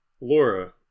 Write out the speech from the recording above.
Laura